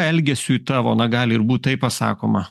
elgesiui tavo na gali ir būt tai pasakoma